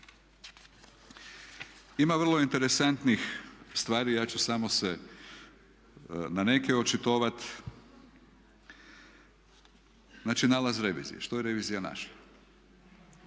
Ima vrlo interesantnih stvari, ja ću samo se na neke očitovati, znači nalaz revizije, što je revizija našla.